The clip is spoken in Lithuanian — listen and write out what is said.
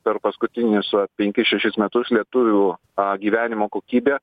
per paskutinius penkis šešis metus lietuvių gyvenimo kokybė